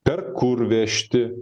per kur vežti